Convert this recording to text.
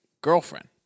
girlfriend